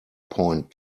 point